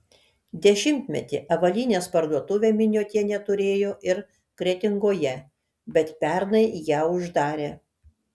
dešimtmetį avalynės parduotuvę miniotienė turėjo ir kretingoje bet pernai ją uždarė